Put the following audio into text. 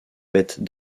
bêtes